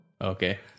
Okay